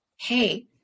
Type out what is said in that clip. hey